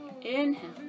Inhale